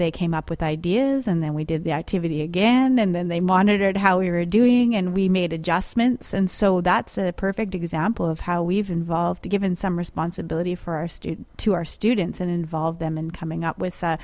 they came up with ideas and then we did the activity again and then they monitored how we were doing and we made adjustments and so that's a perfect example of how we've involved to give in some responsibility for our students to our students and involve them in coming up with a